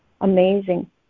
amazing